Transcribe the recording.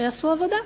שעשו עבודה.